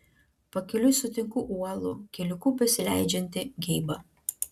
pakeliui sutinku uolų keliuku besileidžiantį geibą